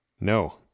No